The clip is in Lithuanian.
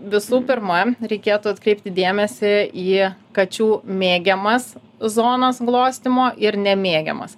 visų pirma reikėtų atkreipti dėmesį į kačių mėgiamas zonas glostymo ir nemėgiamas